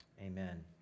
amen